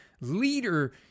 leader